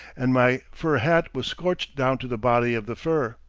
and my fur hat was scorched down to the body of the fur.